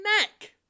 neck